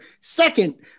second